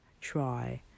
Try